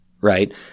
right